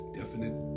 definite